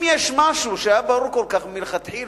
אם יש משהו שהיה ברור כל כך מלכתחילה,